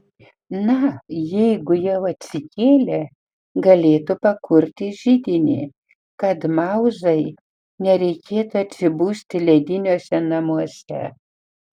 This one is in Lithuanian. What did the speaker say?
na jeigu jau atsikėlė galėtų pakurti židinį kad mauzai nereikėtų atsibusti lediniuose namuose